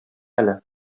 әле